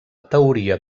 teoria